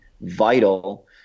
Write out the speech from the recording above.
vital